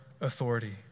authority